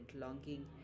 longing